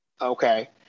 Okay